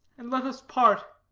and let us part.